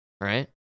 right